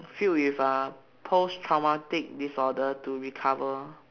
filled with uh post traumatic disorder to recover